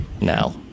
now